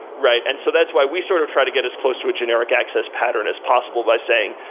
right? and so that's why we sort of try to get as close to a generic access pattern as possible by saying,